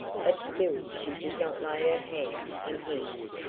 but still she did not lay her hand in his.